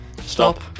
Stop